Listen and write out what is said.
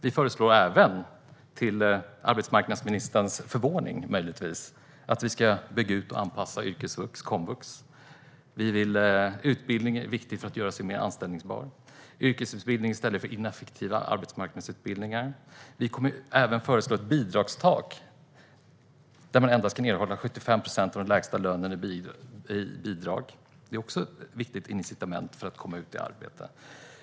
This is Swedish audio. Vi föreslår även, möjligtvis till arbetsmarknadsministerns förvåning, att yrkesvux och komvux byggs ut och anpassas. Utbildning är viktigt för att göra sig mer anställbar - yrkesutbildning i stället för ineffektiva arbetsmarknadsutbildningar. Vi kommer även att föreslå ett bidragstak, så att man endast kan erhålla 75 procent av den lägsta lönen i bidrag. Det är också ett viktigt incitament för att komma ut i arbete.